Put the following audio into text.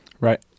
Right